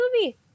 movie